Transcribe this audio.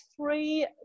three